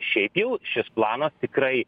šiaip jau šis planas tikrai